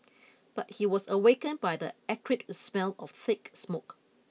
but he was awakened by the acrid smell of thick smoke